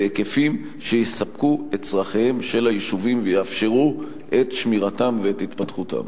בהיקפים שיספקו את צורכיהם של היישובים ויאפשרו את שמירתם ואת התפתחותם.